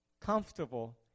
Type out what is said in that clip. comfortable